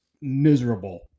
miserable